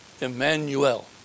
Emmanuel